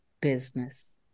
business